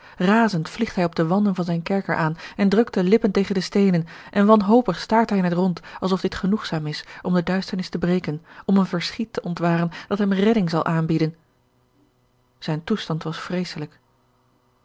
razend vliegt hij op de wanden van zijn kerker aan en drukt de lippen tegen de steenen en wanhopig staart hij in het rond alsof dit genoegzaam is om de duisternis te breken om een verschiet te ontwaren dat hem redding zal aanbieden zijn toestand was vreeselijk